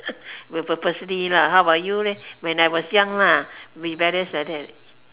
will purposely lah how about you leh when I was young lah rebellious like that